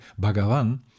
Bhagavan